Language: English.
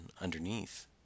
underneath